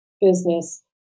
business